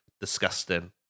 disgusting